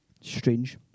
Strange